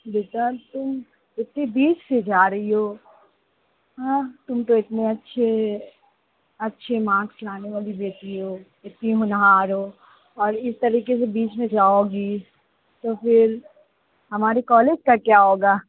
बेटा तुम इतने बीच से जा रही हो हाँ तुम तो इतने अच्छे अच्छे मार्क्स लाने वाली बेटी हो इतनी होनहार हो और इस तरीके से बीच में जाओगी तो फिर हमारे कॉलेज का क्या होगा